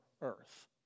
earth